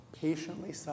patiently